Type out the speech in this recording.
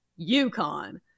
UConn